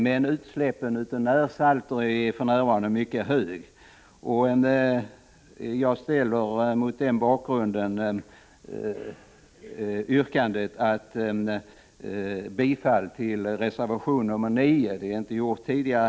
Men utsläppen av närsalter är för närvarande mycket hög. Mot denna bakgrund yrkar jag härmed bifall till reservation nr 9.